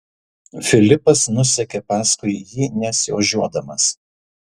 filipas nusekė paskui jį nesiožiuodamas